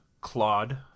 Claude